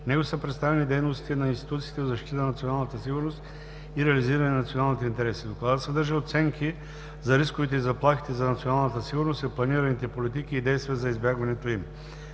него са представени дейностите на институциите в защита на националната сигурност и реализиране на националните интереси. Докладът съдържа оценки за рисковете и заплахите за националната сигурност и планираните политики и действия за избягването им.